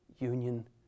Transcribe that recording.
union